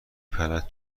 پرد